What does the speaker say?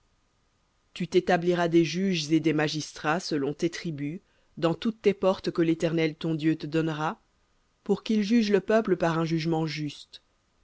tu t'établiras des juges et des magistrats selon tes tribus dans toutes tes portes que l'éternel ton dieu te donnera pour qu'ils jugent le peuple par un jugement juste